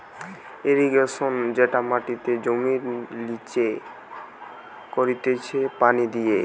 irrigation যেটা মাটিতে জমির লিচে করতিছে পানি দিয়ে